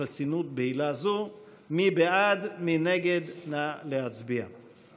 הכנסת, אנחנו נעבור להצבעה